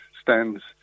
stands